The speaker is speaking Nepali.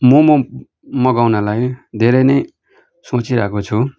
मोमो मगाउनलाई धेरै नै सोचिरहेको छु